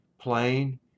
plain